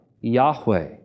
Yahweh